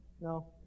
No